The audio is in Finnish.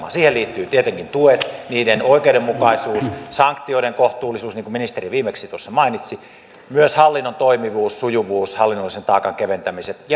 siihen liittyvät tietenkin tuet niiden oikeudenmukaisuus sanktioiden kohtuullisuus niin kuin ministeri viimeksi tuossa mainitsi myös hallinnon toimivuus ja sujuvuus hallinnollisen taakan keventämiset ja myös markkinat